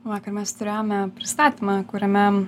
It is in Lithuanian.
vakar mes turėjome pristatymą kuriame